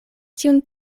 tiun